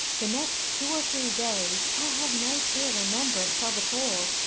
the next two or three days i have no clear remembrance of at all.